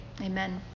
Amen